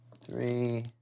Three